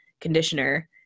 conditioner